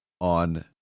on